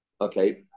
Okay